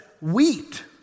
Wheat